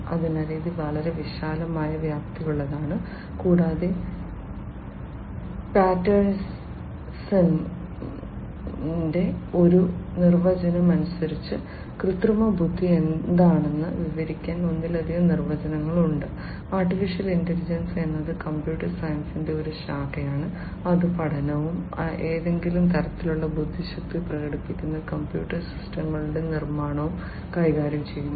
അതിനാൽ ഇത് വളരെ വിശാലമായി വ്യാപ്തിയുള്ളതാണ് കൂടാതെ പാറ്റേഴ്സന്റെ ഒരു നിർവചനം അനുസരിച്ച് കൃത്രിമ ബുദ്ധി എന്താണെന്ന് വിവരിക്കാൻ ഒന്നിലധികം നിർവചനങ്ങൾ ഉണ്ട് AI എന്നത് കമ്പ്യൂട്ടർ സയൻസിന്റെ ഒരു ശാഖയാണ് അത് പഠനവും ഏതെങ്കിലും തരത്തിലുള്ള ബുദ്ധിശക്തി പ്രകടിപ്പിക്കുന്ന കമ്പ്യൂട്ടർ സിസ്റ്റങ്ങളുടെ നിർമ്മാണവും കൈകാര്യം ചെയ്യുന്നു